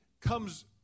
comes